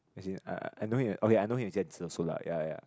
as in I know him okay I know his also lah ya ya